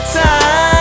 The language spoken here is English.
time